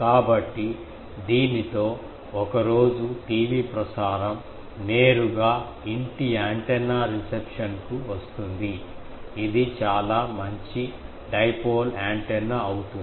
కాబట్టి దీనితో ఒక రోజు టీవీ ప్రసారం నేరుగా ఇంటి యాంటెన్నా రిసెప్షన్కు వస్తుంది ఇది చాలా మంచి డైపోల్ యాంటెన్నా అవుతుంది